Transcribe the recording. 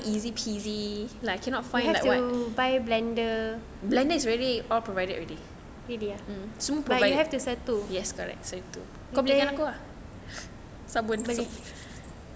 you have buy blender really ah but you have to satu